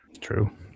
true